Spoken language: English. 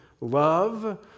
love